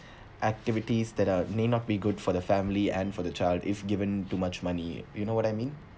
activities that are may not be good for the family and for the child if given too much money you know what I mean